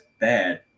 bad